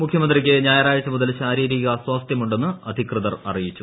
മുഖ്യമന്ത്രിക്ക് ഞായറാഴ്ച മുതൽ ശാരീരികാസ്വാസ്ഥ്യം ഉണ്ടെന്ന് അധികൃതർ അറിയിച്ചു